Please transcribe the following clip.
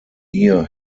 near